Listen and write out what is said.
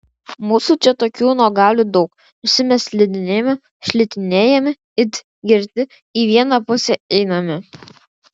mūsų čia tokių nuogalių daug visi mes slidinėjame šlitinėjame it girti į vieną pusę einame